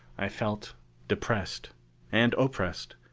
i felt depressed and oppressed.